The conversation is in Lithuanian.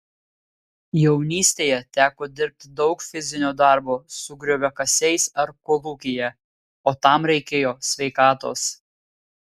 jaunystėje teko dirbti daug fizinio darbo su grioviakasiais ar kolūkyje o tam reikėjo sveikatos